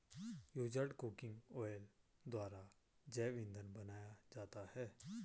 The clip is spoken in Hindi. यूज्ड कुकिंग ऑयल द्वारा जैव इंधन बनाया जाता है